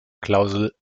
klausel